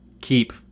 keep